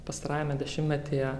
pastarajame dešimtmetyje